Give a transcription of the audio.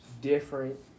different